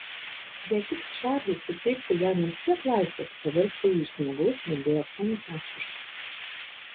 jei tik čarlis suteiktų jai nors kiek laisvės paverstų jį iš smagaus vedėjo fantastišku